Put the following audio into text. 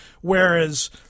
whereas